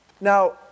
Now